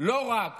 לא רק